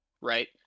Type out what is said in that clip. right